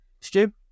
Stu